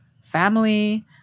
family